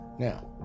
Now